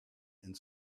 and